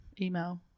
email